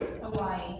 Hawaii